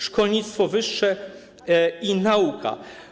Szkolnictwo wyższe i nauka.